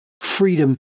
freedom